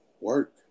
work